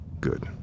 Good